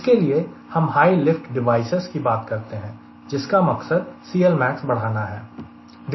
इसके लिए हम हाय लिफ्ट डिवाइसेज की बात करते हैं जिनका मकसद CLmax बढ़ाना है